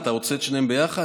אתה רוצה את שתיהן ביחד?